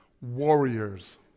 warriors